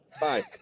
Bye